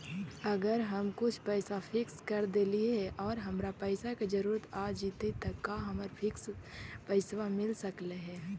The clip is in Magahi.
अगर हम कुछ पैसा फिक्स कर देली हे और हमरा पैसा के जरुरत आ जितै त का हमरा फिक्स पैसबा मिल सकले हे?